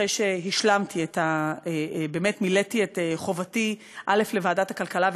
אחרי שמילאתי את חובתי לוועדת הכלכלה,